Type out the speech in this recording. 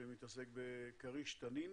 שמתעסק בכריש ותנין.